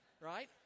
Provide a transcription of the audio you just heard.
right